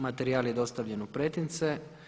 Materijal je dostavljen u pretince.